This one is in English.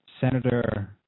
Senator